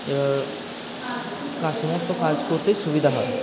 এভাবে কাজ সমস্ত কাজ করতেই সুবিধা হয়